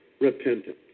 repentance